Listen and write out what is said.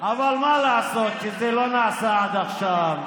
אבל מה לעשות שזה לא נעשה עד עכשיו.